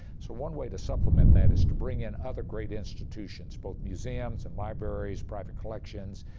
so one way to supplement that is to bring in other great institutions, both museums and libraries, private collections,